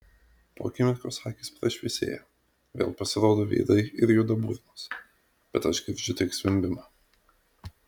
po akimirkos akys prašviesėja vėl pasirodo veidai ir juda burnos bet aš girdžiu tik zvimbimą